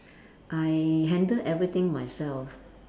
I handle everything myself